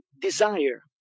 desire